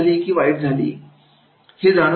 चांगली आणि वाईट काय होते